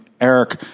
Eric